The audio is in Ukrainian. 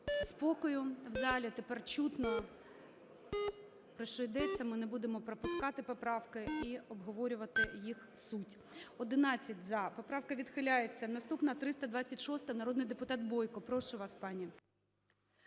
спокою в залі. Тепер чутно, про що йдеться, ми не будемо пропускати поправки, і обговорювати їх суть. 11:30:16 За-11 Поправка відхиляється. Наступна – 326-а, народний депутат Бойко. Прошу вас, пані.